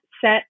set